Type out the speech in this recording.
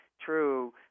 true